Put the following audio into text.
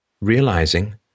realizing